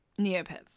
Neopets